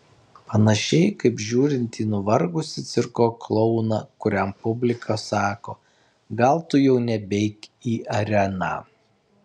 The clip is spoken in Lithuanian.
panašiai kaip žiūrint į nuvargusį cirko klouną kuriam publika sako gal tu jau nebeik į areną